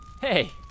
Hey